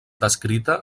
descrita